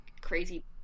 crazy